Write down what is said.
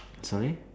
sorry